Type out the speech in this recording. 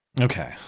Okay